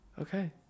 okay